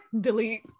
delete